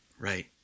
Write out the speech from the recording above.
Right